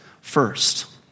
first